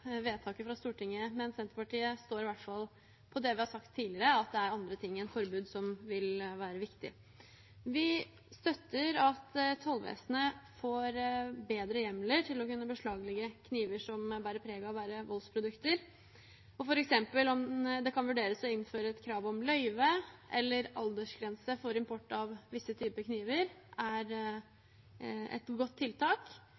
vedtaket fra Stortinget, men Senterpartiet står i hvert fall på det vi har sagt tidligere, at det er andre ting enn forbud som vil være viktig. Vi støtter at tollvesenet får bedre hjemler til å kunne beslaglegge kniver som bærer preg av å være voldsprodukter, og om det f.eks. kan vurderes å innføre et krav om løyve eller aldersgrense for import av visse typer kniver, er